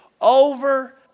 over